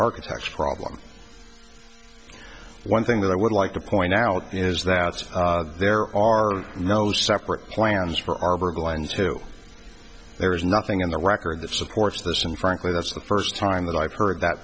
architecture problem one thing that i would like to point out is that there are no separate plans for arbor of the line too there is nothing in the record that supports this and frankly that's the first time that i've heard that